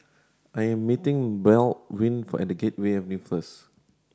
I am meeting Baldwin at Gateway Avenue first